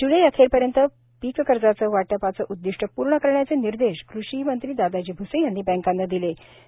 ज्लै अखेरपर्यंत पीक कर्ज वाटपाचे उद्दिष्ट पूर्ण करण्याचे निर्देश कृषी मंत्री दादाजी भ्से यांनी बँकांना दिलेत